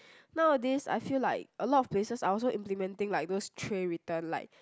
nowadays I feel like a lot of places are also implementing like those tray return like